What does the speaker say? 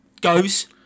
goes